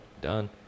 done